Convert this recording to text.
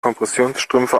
kompressionsstrümpfe